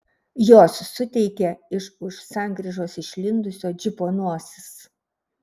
jos suteikė iš už sankryžos išlindusio džipo nosis